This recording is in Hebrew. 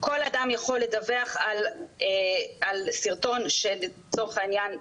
כל אדם יכול לדווח על סרטון שלצורך העניין,